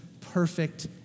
perfect